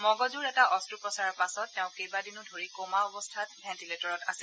মগজুৰ এটা অক্লোপচাৰৰ পাছত তেওঁ কেইবাদিন ধৰি কমা অৱস্থাত ভেণ্টিলেটৰত আছিল